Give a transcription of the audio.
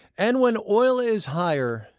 and when oil's higher,